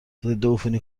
ضدعفونی